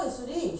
(uh huh)